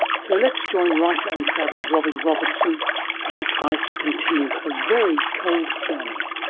so let's join writer and traveler robin robertson as she tries to continue her very cold journey.